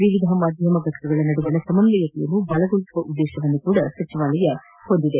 ವಿವಿಧ ಮಾಧ್ಯಮ ಘಟಕಗಳ ನಡುವಿನ ಸಮನ್ವಯತೆಯನ್ನು ಬಲಗೊಳಿಸುವ ಉದ್ದೇಶವನ್ನೂ ಸಚಿವಾಲಯ ಹೊಂದಿದೆ